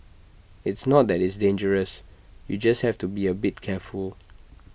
it's not that it's dangerous you just have to be A bit careful